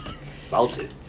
Salted